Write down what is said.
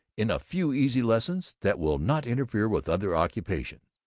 in a few easy lessons that will not interfere with other occupations.